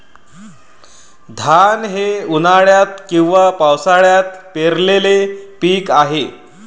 धान हे उन्हाळ्यात किंवा पावसाळ्यात पेरलेले पीक आहे